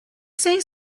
say